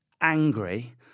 angry